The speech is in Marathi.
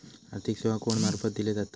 आर्थिक सेवा कोणा मार्फत दिले जातत?